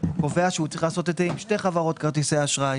קובע שהוא צריך לעשות את זה עם שתי חברות כרטיסי אשראי